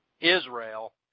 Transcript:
Israel